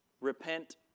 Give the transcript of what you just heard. repent